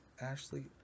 Ashley